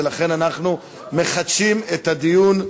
ולכן אנחנו מחדשים את הדיון.